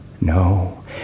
No